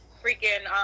freaking